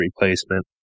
replacement